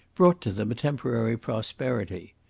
brought to them a temporary prosperity.